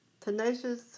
Tenacious